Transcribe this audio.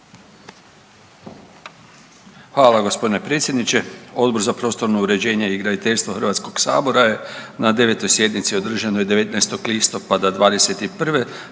Hvala gospodine predsjedniče. Odbor za prostorno uređenje i graditeljstvo Hrvatskog sabora je na 9. sjednici održanoj 19. listopada '21.